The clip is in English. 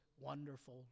wonderful